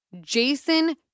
Jason